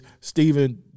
Stephen